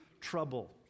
trouble